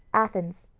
athens,